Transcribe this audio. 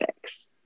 fix